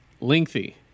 lengthy